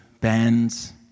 bands